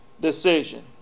decision